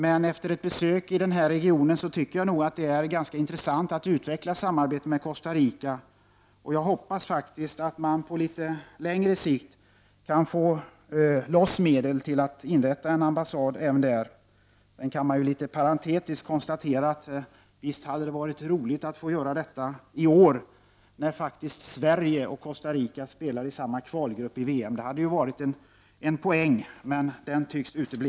Men efter ett besök i regionen tycker jag att det vore ganska intressant för vårt land att utveckla samarbetet med Costa Rica. Jag hoppas att man på litet längre sikt kan få loss medel till att inrätta en ambassad även där. Sedan kan jag litet parentetiskt konstatera att visst hade det varit roligt att få göra detta i år, när Sverige och Costa Rica spelar i samma kvalgrupp i VM. Det hade varit en poäng, men den tycks utebli.